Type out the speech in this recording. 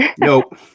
Nope